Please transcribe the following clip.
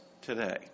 today